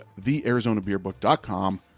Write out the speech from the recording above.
thearizonabeerbook.com